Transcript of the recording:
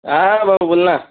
हां भाऊ बोल ना